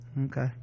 okay